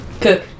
Cook